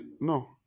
no